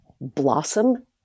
blossom